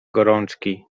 gorączki